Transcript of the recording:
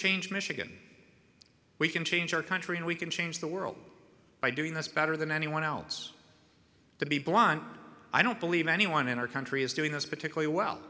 change michigan we can change our country and we can change the world by doing this better than anyone else to be blunt i don't believe anyone in our country is doing this particularly well